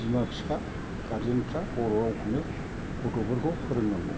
बिमा बिफा गारजेन फ्रा बर' रावखौनो गथ'फोरखौ फोरोंनांगौ